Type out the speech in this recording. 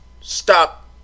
Stop